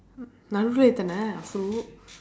நம்ம எத்தனே:namma eththanee